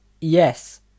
yes